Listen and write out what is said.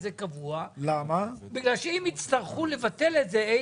זה קבוע בגלל שאם אי פעם יצטרכו לבטל את זה,